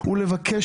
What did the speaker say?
אם רוצים